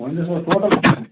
وۄنۍ گژھِ نَہ ٹوٹَل